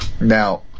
Now